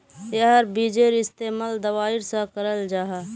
याहार बिजेर इस्तेमाल दवाईर सा कराल जाहा